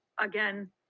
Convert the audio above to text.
again